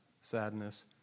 sadness